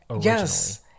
Yes